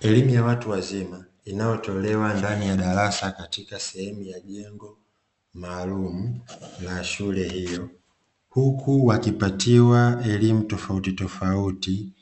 Elimu ya watu wazima inayotolewa ndani ya darasa katika sehemu ya jengo maalumu la shule hiyo, huku wakipatiwa elimu tofautitofauti